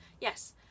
Yes